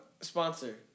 sponsor